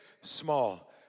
small